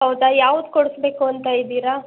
ಹೌದಾ ಯಾವ್ದು ಕೊಡ್ಸ್ಬೇಕು ಅಂತ ಇದ್ದೀರಾ